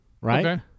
Right